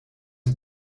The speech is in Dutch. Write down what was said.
een